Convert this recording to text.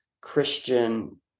Christian